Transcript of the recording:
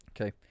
okay